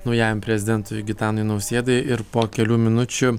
naujajam prezidentui gitanui nausėdai ir po kelių minučių